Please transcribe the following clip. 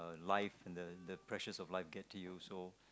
life and the the precious of life get to you so